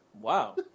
Wow